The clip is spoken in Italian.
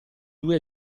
due